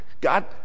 God